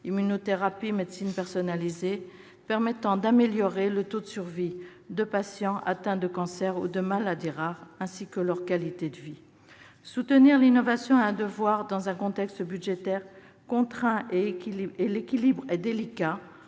immunothérapie, médecine personnalisée -permettant d'améliorer les taux de survie de patients atteints de cancers ou de maladies rares, ainsi que leur qualité de vie. Soutenir l'innovation est un devoir dans un contexte budgétaire contraint, mais l'équilibre est délicat